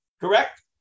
Correct